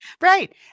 Right